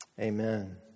Amen